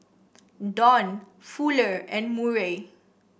Don Fuller and Murray